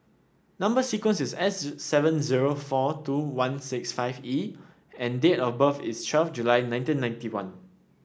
number sequence is S seven zero four two one six five E and date of birth is twelve July nineteen ninety one